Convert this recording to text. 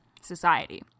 society